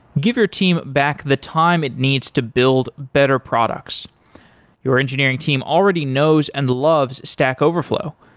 give your team back the time it needs to build better products your engineering team already knows and loves stack overflow.